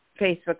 Facebook